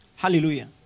Hallelujah